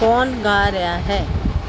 ਕੌਣ ਗਾ ਰਿਹਾ ਹੈ